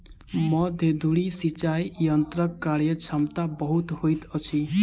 मध्य धुरी सिचाई यंत्रक कार्यक्षमता बहुत होइत अछि